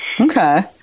Okay